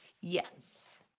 Yes